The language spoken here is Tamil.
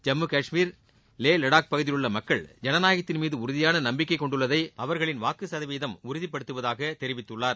ஜம்மு காஷ்மீர் லே லடாக் பகுதியில் உள்ள மக்கள் ஜனநாயக்தின் மீது உறுதியான நம்பிக்கை கொண்டுள்ளதை அவர்களின் வாக்கு சதவீதம் உறுதிபடுத்துவதாக தெரிவித்துள்ளார்